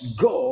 go